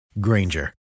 Granger